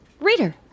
Reader